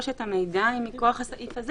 אנחנו בסעיף שונות.